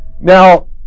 Now